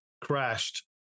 crashed